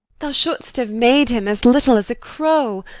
thou shouldst have made him as little as a crow,